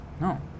No